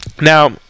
Now